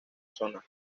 zona